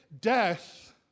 Death